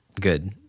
Good